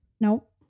Nope